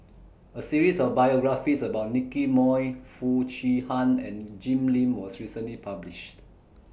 A series of biographies about Nicky Moey Foo Chee Han and Jim Lim was recently published